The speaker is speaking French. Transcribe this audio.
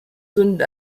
zone